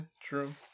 true